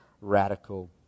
radical